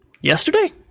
yesterday